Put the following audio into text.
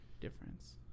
difference